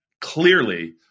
clearly